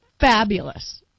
fabulous